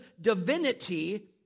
divinity